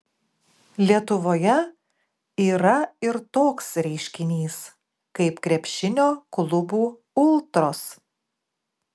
lietuvoje yra ir toks reiškinys kaip krepšinio klubų ultros